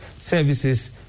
services